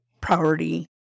priority